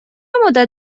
مدت